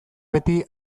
beti